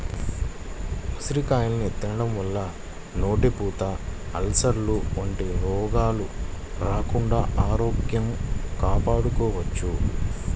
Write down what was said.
ఉసిరికాయల్ని తినడం వల్ల నోటిపూత, అల్సర్లు వంటి రోగాలు రాకుండా ఆరోగ్యం కాపాడుకోవచ్చు